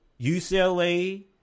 UCLA